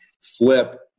Flip